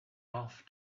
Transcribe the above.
off